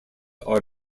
are